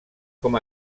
com